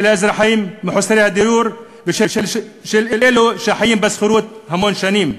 האזרחים מחוסרי הדיור ושל אלו שחיים בשכירות המון שנים.